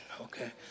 okay